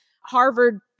Harvard